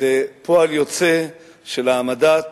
זה פועל יוצא של העמדת